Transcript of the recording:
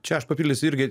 čia aš papildysiu irgi